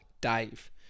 Dave